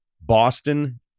Boston